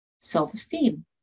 self-esteem